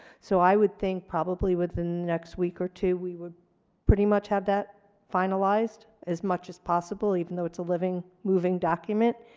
so i would think probably within the next week or two we would pretty much have that finalized as much as possible even though it's a living, moving document,